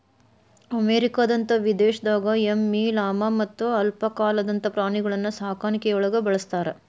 ಅಮೇರಿಕದಂತ ದೇಶದಾಗ ಎಮ್ಮಿ, ಲಾಮಾ ಮತ್ತ ಅಲ್ಪಾಕಾದಂತ ಪ್ರಾಣಿಗಳನ್ನ ಸಾಕಾಣಿಕೆಯೊಳಗ ಬಳಸ್ತಾರ